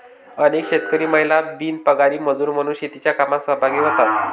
अनेक शेतकरी महिला बिनपगारी मजुरी म्हणून शेतीच्या कामात सहभागी होतात